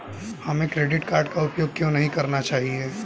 हमें credit card का उपयोग क्यों नहीं करना चाहिए?